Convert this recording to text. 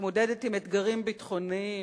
מתמודדת עם אתגרים ביטחוניים,